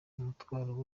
umutwaro